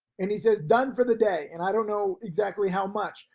and he says done for the day. and i don't know exactly how much,